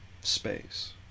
space